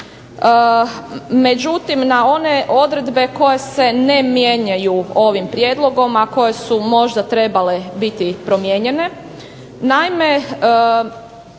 Međutim na one odredbe koje se ne mijenjaju ovim prijedlogom a koje su možda trebale biti promijenjene.